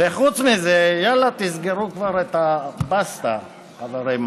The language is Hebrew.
וחוץ מזה, יאללה, תסגרו כבר את הבסטה, חברים.